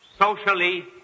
socially